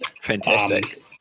Fantastic